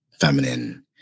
feminine